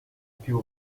più